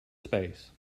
space